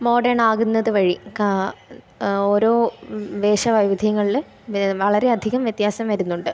modern ആകുന്നത് വഴി ഓരോ വേഷ വൈവിധ്യങ്ങളിൽ വളരെ അധികം വ്യത്യാസം വരുന്നുണ്ട്